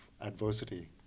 adversity